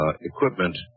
equipment